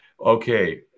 okay